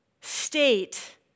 state